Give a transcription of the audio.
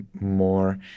more